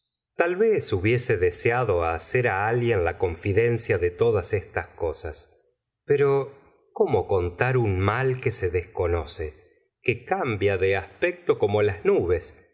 tal vez hubiese deseado hacer alguien la confidencia de todas estas cosas pero cómo contar un mal que se desconoce que cambia de aspecto como las nubes